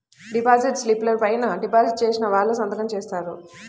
deposit స్లిపుల పైన deposit చేసిన వాళ్ళు సంతకం జేత్తారు